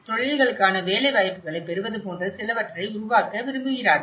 தொழில்களுக்கான வேலை வாய்ப்புகளைப் பெறுவது போன்ற சிலவற்றை உருவாக்க விரும்புகிறார்கள்